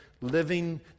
living